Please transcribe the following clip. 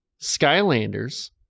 Skylanders